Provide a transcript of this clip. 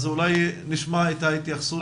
אולי נשמע את ההתייחסות.